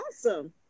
awesome